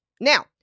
Now